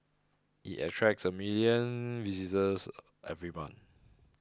it attracts a million visitors every month